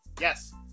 yes